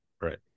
Right